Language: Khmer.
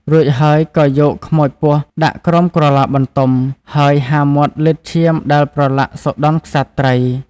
រួចហើយក៏យកខ្មោចពស់ដាក់ក្រោមក្រឡាបន្ទំ ហើយហាមាត់លិទ្ធឈាមដែលប្រលាក់សុដន់ក្សត្រី។